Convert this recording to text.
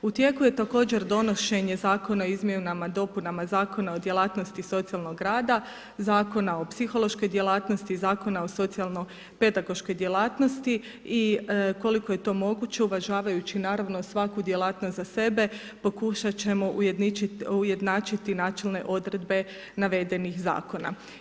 U tijeku je također donošenje Zakona o izmjenama i dopunama Zakona o djelatnosti socijalnog rada, Zakona o psihološkog djelatnosti, Zakona o socijalno pedagoškoj djelatnosti i koliko je to moguće uvažavajući naravno i svaku djelatnost za sebe, pokušati ćemo ujednačiti načelne odredbe navedenih zakona.